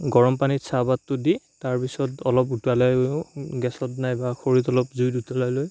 গৰম পানীত চাহপাতটো দি তাৰপাছত অলপ উতলাই লওঁ গেছত নাইবা খৰিত অলপ জুইত উতলাই লৈ